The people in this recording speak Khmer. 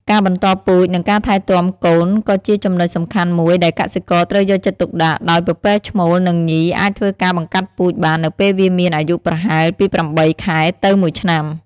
ការបន្តពូជនិងការថែទាំកូនក៏ជាចំណុចសំខាន់មួយដែលកសិករត្រូវយកចិត្តទុកដាក់ ដោយពពែឈ្មោលនិងញីអាចធ្វើការបង្កាត់ពូជបាននៅពេលវាមានអាយុប្រហែលពី ៨ ខែទៅ ១ ឆ្នាំ។